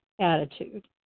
attitude